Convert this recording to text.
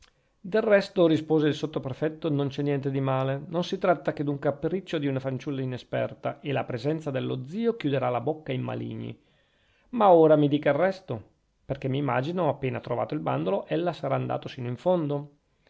del resto rispose il sottoprefetto non c'è niente di male non si tratta che d'un capriccio di fanciulla inesperta e la presenza dello zio chiuderà la bocca ai maligni ma ora mi dica il resto perchè m'immagino appena trovato il bandolo ella sarà andato sino in fondo